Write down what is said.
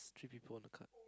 three people on the card